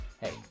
hey